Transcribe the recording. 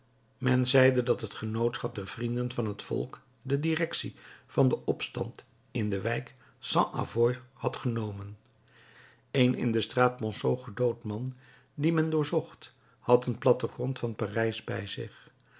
men zeide dat het genootschap der vrienden van het volk de directie van den opstand in de wijk st avoye had genomen een in de straat ponceau gedood man dien men doorzocht had een plattegrond van parijs bij zich